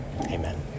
Amen